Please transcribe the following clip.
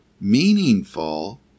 meaningful